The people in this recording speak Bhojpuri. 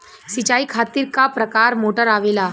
सिचाई खातीर क प्रकार मोटर आवेला?